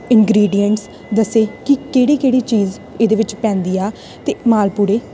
ingredients ਦੱਸੇ ਕਿ ਕਿਹੜੀ ਕਿਹੜੀ ਚੀਜ਼ ਇਹਦੇ ਵਿੱਚ ਪੈਂਦੀ ਆ ਅਤੇ ਮਾਲ ਪੂੜੇ